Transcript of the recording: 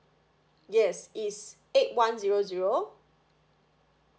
yes is eight one zero zero